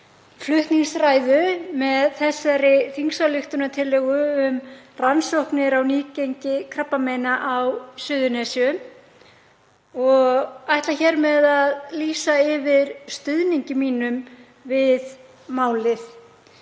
flutningsræðu með þessari þingsályktunartillögu um rannsóknir á nýgengi krabbameina á Suðurnesjum og ætla hér með að lýsa yfir stuðningi mínum við málið.